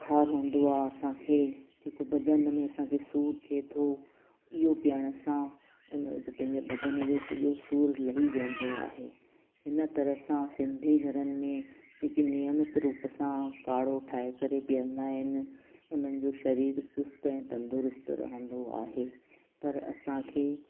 बुखार हूंदो आहे असांखे जेको बदन में असांखे सूरु थिए थो इहो पीअण सां उनजो पंहिंजे बदन जो सॼो सूरु लही वेंदो आहे इन तरह सां सिंधी घरनि में जेके नियमित रुप सां काढ़ो ठाहे करे पीअंदा आहिनि उन्हनि जो शरीर चुस्त ऐं तंदुरुस्त रहंदो आहे पर असांखे